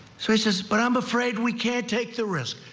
so he says but i'm afraid we can't take the risk.